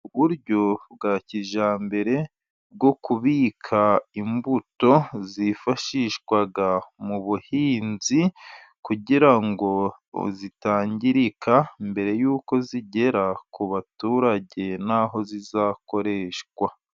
Uburyo bwa kijyambere bwo kubika imbuto zifashishwa mu buhinzi, kugira ngo zitangirika mbere y'uko zigera ku baturage, n'aho zizakoreshwa.